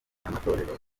y’amatorero